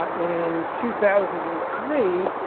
in two thousand and three,